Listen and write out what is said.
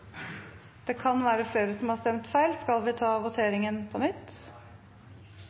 Det kan være flere som har stemt feil, så vi tar voteringen på nytt.